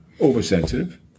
Oversensitive